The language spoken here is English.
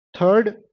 Third